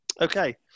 Okay